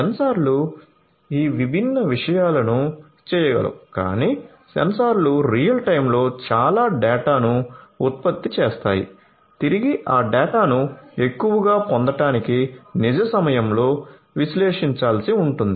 సెన్సార్లు ఈ విభిన్న విషయాలను చేయగలవు కాని సెన్సార్లు రియల్ టైమ్లో చాలా డేటాను ఉత్పత్తిచేస్తాయి తిరిగి ఆ డేటాను ఎక్కువగా పొందటానికి నిజ సమయంలో విశ్లేషించాల్సి ఉంటుంది